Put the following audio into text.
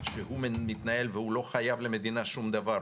שהוא מתנהל והוא לא חייב למדינה שום דבר,